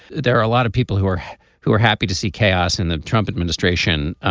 there are a lot of people who are who are happy to see chaos in the trump administration.